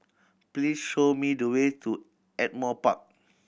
please show me the way to Ardmore Park